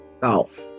golf